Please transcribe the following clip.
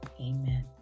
Amen